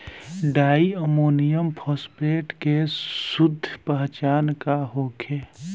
Di ammonium phosphate के शुद्ध पहचान का होखे?